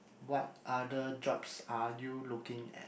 what other jobs are you looking at